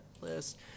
list